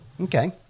Okay